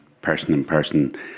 person-in-person